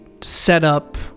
setup